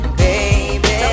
baby